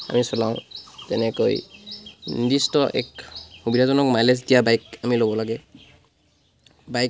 আমি চলাওঁ তেনেকৈ নিৰ্দিষ্ট এক সুবিধাজনক বাইক আমি ল'ব লাগে বাইক